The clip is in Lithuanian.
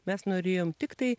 mes norėjom tiktai